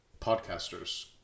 podcasters